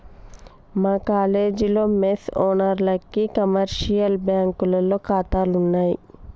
మా కాలేజీలో మెస్ ఓనర్లకి కమర్షియల్ బ్యాంకులో ఖాతాలున్నయ్